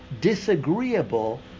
disagreeable